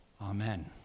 Amen